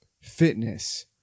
fitness